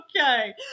Okay